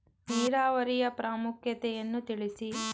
ನೀರಾವರಿಯ ಪ್ರಾಮುಖ್ಯತೆ ಯನ್ನು ತಿಳಿಸಿ?